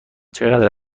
چقدر